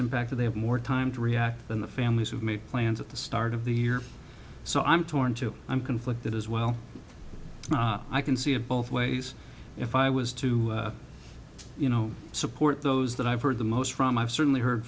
impacted they have more time to react than the families who've made plans at the start of the year so i'm torn too i'm conflicted as well i can see it both ways if i was to you know support those that i've heard the most from i've certainly heard